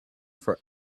for